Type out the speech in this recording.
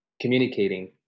communicating